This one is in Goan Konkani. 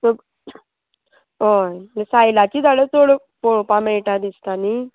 हय सायलाची झाडां चड पळोवपा मेळटा दिसता न्ही